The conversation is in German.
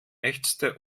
ächzte